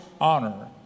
honor